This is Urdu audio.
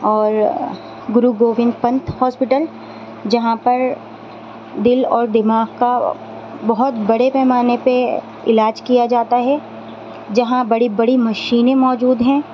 اور گرو گوبند پنت ہاسپٹل جہاں پر دل اور دماغ کا بہت بڑے پیمانے پہ علاج کیا جاتا ہے جہاں بڑی بڑی مشینیں موجود ہیں